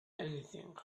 anything